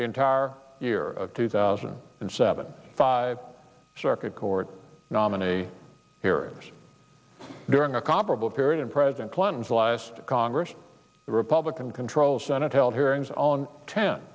the entire year two thousand and seven five circuit court nominee hearers during a comparable period in president clinton's last congress the republican controlled senate held hearings on